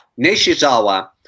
nishizawa